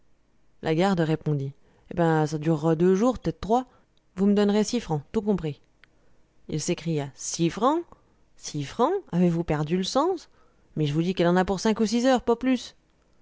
la garde répondit hé ben ça durera deux jours p'têt trois vous me donnerez six francs tout compris il s'écria six francs six francs avez-vous perdu le sens mé je vous dis qu'elle en a pour cinq ou six heures pas plus